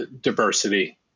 diversity